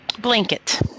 blanket